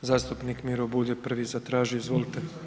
Zastupnik Miro Bulj je prvi zatražio, izvolite.